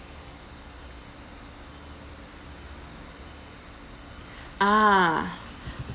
ah